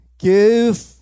Give